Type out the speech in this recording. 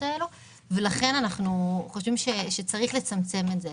האלו ולכן אנחנו חושבים שצריך לצמצם את זה.